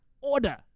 order